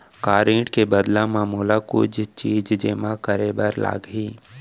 का ऋण के बदला म मोला कुछ चीज जेमा करे बर लागही?